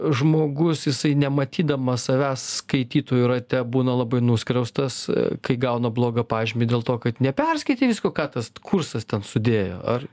žmogus jisai nematydamas savęs skaitytojų rate būna labai nuskriaustas kai gauna blogą pažymį dėl to kad neperskaitė visko ką tas kursas ten sudėjo ar